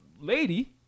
lady